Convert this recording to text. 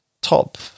top